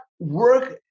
work